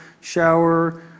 shower